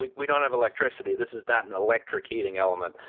we we don't have electricity, this is not an electric heating element,